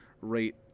rate